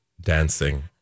dancing